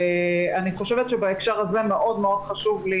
אני חושבת שבהקשר הזה מאוד מאוד חשוב לי